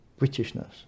Britishness